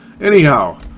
anyhow